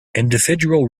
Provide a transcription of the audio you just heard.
individual